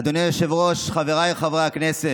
אדוני היושב-ראש, חבריי חברי הכנסת,